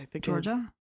Georgia